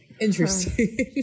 interesting